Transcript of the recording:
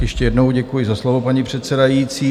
Ještě jednou děkuji za slovo, paní předsedající.